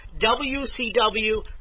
WCW